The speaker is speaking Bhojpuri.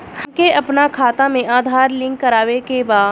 हमके अपना खाता में आधार लिंक करावे के बा?